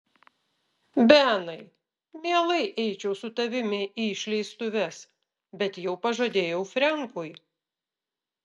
benai mielai eičiau su tavimi į išleistuves bet jau pažadėjau frenkui